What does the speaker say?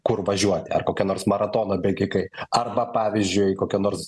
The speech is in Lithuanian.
kur važiuoti ar kokie nors maratono bėgikai arba pavyzdžiui kokie nors